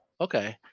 okay